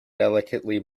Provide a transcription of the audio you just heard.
delicately